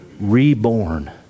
reborn